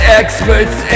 experts